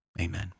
Amen